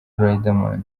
riderman